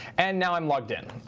and now i'm logged in,